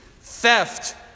theft